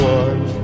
one